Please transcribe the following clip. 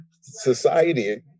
Society